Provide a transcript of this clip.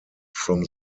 from